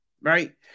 right